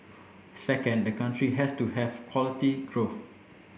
second the country has to have quality growth